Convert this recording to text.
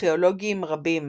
ארכאולוגיים רבים,